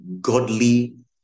Godly